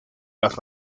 las